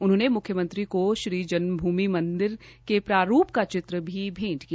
उन्होंने मुख्यमंत्री को श्री जन्मभूमि मंदिर के प्रारूप का चित्र भी भेंट किया